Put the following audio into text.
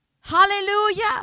Hallelujah